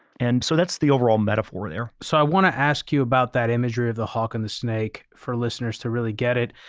and so that's the overall metaphor there. so i want to ask you about that imagery of the hawk and the snake for listeners to really get it.